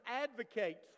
advocates